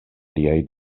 liaj